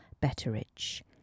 Betteridge